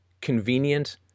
convenient